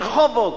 ברחובות,